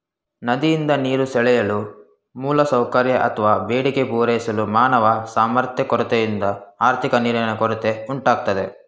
ನದಿಯಿಂದ ನೀರು ಸೆಳೆಯಲು ಮೂಲಸೌಕರ್ಯ ಅತ್ವ ಬೇಡಿಕೆ ಪೂರೈಸಲು ಮಾನವ ಸಾಮರ್ಥ್ಯ ಕೊರತೆಯಿಂದ ಆರ್ಥಿಕ ನೀರಿನ ಕೊರತೆ ಉಂಟಾಗ್ತದೆ